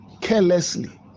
Carelessly